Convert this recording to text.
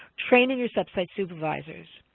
training your sub-site supervisors.